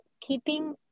keeping